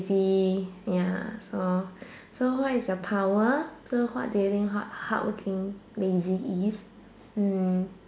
the ya so so what is your power so what do you think hard~ hardworking lazy is hmm